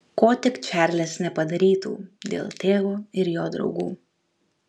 ko tik čarlis nepadarytų dėl tėvo ir jo draugų